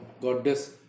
Goddess